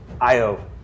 Io